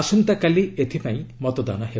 ଆସନ୍ତାକାଲି ଏଥିପାଇଁ ମତଦାନ ହେବ